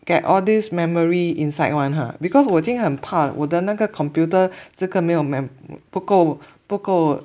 get all these memory inside [one] ha because 我已经很怕我的那个 computer 这个没有 mem~ 不够不够